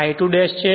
આ I2 ' છે